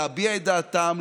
להביע את דעתם,